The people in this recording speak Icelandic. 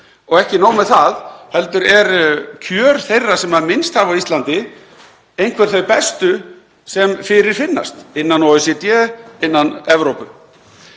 Ekki nóg með það heldur eru kjör þeirra sem minnst hafa á Íslandi einhver þau bestu sem fyrirfinnast innan OECD og innan Evrópu.